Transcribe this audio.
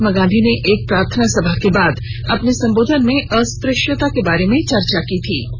महात्मा गांधी ने एक प्रार्थना सभा के बाद अपने संबोधन में अस्पृश्यता के बारे में चर्चा की थी